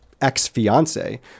ex-fiance